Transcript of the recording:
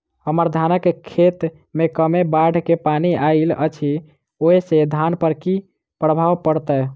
हम्मर धानक खेत मे कमे बाढ़ केँ पानि आइल अछि, ओय सँ धान पर की प्रभाव पड़तै?